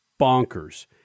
bonkers